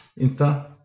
Insta